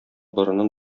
борынын